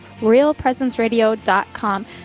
realpresenceradio.com